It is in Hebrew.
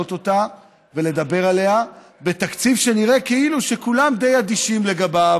להעלות אותה ולדבר עליה בתקציב שנראה כאילו כולם די אדישים לגביה,